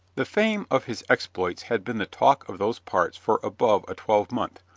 the fame of his exploits had been the talk of those parts for above a twelvemonth,